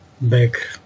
back